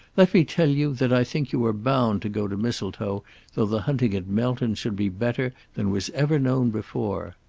let me tell you that i think you are bound to go to mistletoe though the hunting at melton should be better than was ever known before.